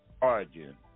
origin